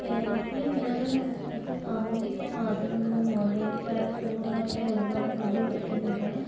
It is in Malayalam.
കേരളത്തിലെ വിനോദ വ്യവസായത്തെ സാമൂഹിക മാധ്യമങ്ങളും ഓൺലൈൻ പ്ളാറ്റ്ഫോമുകളൊക്കെ ഒരുപാട് പങ്കു വഹിക്കുന്നുണ്ട്